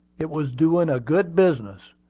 it was doing a good business,